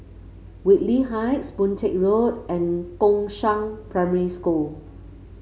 Whitley Heights Boon Teck Road and Gongshang Primary School